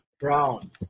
Brown